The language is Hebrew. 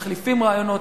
מחליפים רעיונות,